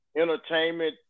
entertainment